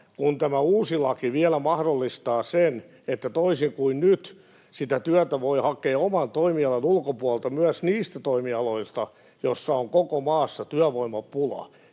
kun tämä uusi laki vielä mahdollistaa sen, toisin kuin nyt, että sitä työtä voi hakea oman toimialan ulkopuolelta, myös niiltä toimialoilta, joilla on koko maassa työvoimapula,